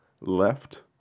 left